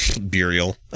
burial